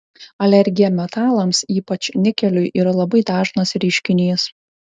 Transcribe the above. alergija metalams ypač nikeliui yra labai dažnas reiškinys